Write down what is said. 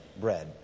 bread